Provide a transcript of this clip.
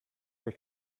for